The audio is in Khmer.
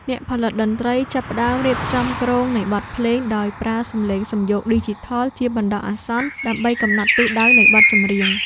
អ្នកផលិតតន្ត្រីចាប់ផ្ដើមរៀបចំគ្រោងនៃបទភ្លេង ដោយប្រើសំឡេងសំយោគឌីជីថលជាបណ្ដោះអាសន្ន ដើម្បីកំណត់ទិសដៅនៃបទចម្រៀង។